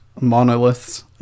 monoliths